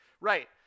Right